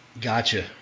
Gotcha